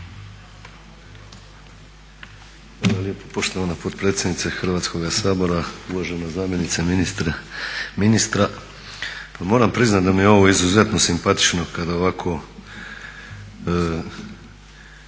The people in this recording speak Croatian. Hvala lijepo poštovana potpredsjednice Hrvatskoga sabora, uvažena zamjenice ministra. Pa moram priznati da mi je ovo izuzetno simpatično kad ovako